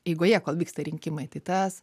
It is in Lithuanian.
eigoje kol vyksta rinkimai tai tas